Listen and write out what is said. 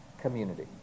community